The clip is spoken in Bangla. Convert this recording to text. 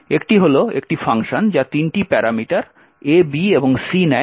একটি হল একটি ফাংশন যা তিনটি প্যারামিটার a b এবং c নেয়